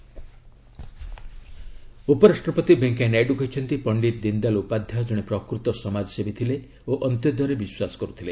VP Deendayal ଉପରାଷ୍ଟ୍ରପତି ଭେଙ୍କିୟାନାଇଡୁ କହିଛନ୍ତି ପଣ୍ଡିତ ଦୀନଦୟାଲ ଉପାଧ୍ୟାୟ ଜଣେ ପ୍ରକୃତ ସମାଜସେବୀ ଥିଲେ ଓ ଅନ୍ତ୍ୟୋଦୟରେ ବିଶ୍ୱାସ କରୁଥିଲେ